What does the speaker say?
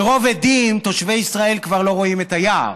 מרוב עדים תושבי ישראל כבר לא רואים את היער,